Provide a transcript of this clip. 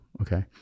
Okay